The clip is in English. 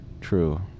true